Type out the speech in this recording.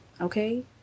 Okay